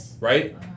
right